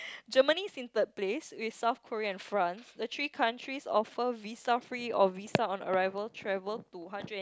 Germany's in third place with South Korea and France the three countries offer visa free or visa on arrival travel to hundred and